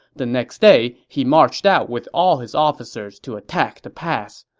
the next day, he marched out with all his officers to attack the pass.